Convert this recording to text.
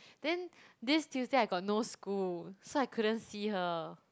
then this Tuesday I got no school so I couldn't see her